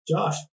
Josh